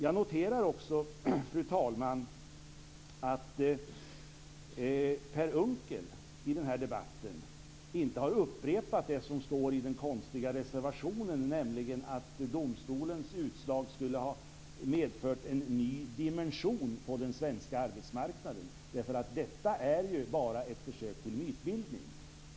Jag noterar också, fru talman, att Per Unckel i den här debatten inte har upprepat det som står i den konstiga reservationen, nämligen att domstolens utslag skulle ha medfört en ny dimension på den svenska arbetsmarknaden. Detta är bara ett försök till mytbildning.